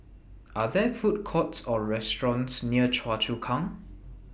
Are There Food Courts Or restaurants near Choa Chu Kang